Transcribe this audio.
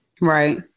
Right